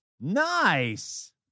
Nice